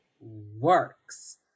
works